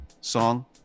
song